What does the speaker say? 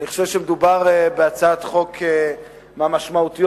אני חושב שמדובר בהצעת חוק מהמשמעותיות